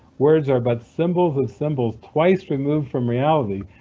words are but symbols of symbols, twice removed from reality.